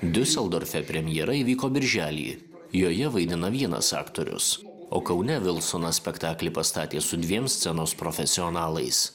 diuseldorfe premjera įvyko birželį joje vaidina vienas aktorius o kaune vilsonas spektaklį pastatė su dviem scenos profesionalais